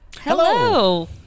Hello